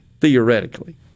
theoretically